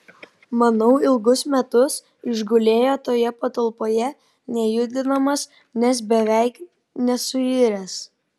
manau ilgus metus išgulėjo toje patalpoje nejudinamas nes beveik nesuiręs